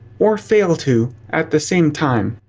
or fail to, at the same time.